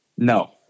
No